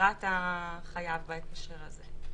לקראת החייב בהקשר הזה.